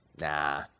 Nah